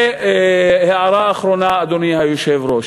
הערה אחרונה, אדוני היושב-ראש.